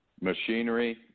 Machinery